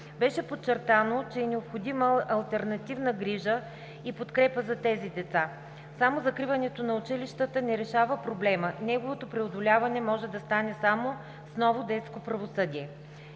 Беше подчертано, че е необходима алтернативна грижа и подкрепа за тези деца. Само закриването на училищата не решава проблема, неговото преодоляване може да стане само с ново детско правосъдие.